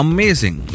Amazing